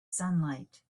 sunlight